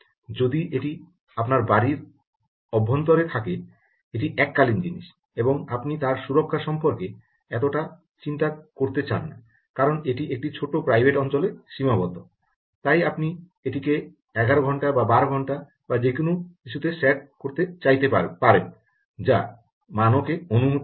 যদি এটি আপনার বাড়ির অভ্যন্তরে থাকে এটা এককালীন জিনিস এবং আপনি তার সুরক্ষা সম্পর্কে এতটা চিন্তা করতে চান না কারণ এটি একটি ছোট প্রাইভেট অঞ্চলে সীমাবদ্ধ তাই আপনি এটিকে 11 ঘন্টা বা 12 ঘন্টা বা যেকোন কিছুতে সেট করতে চাইতে পারেন যা মানকে অনুমতি দেয়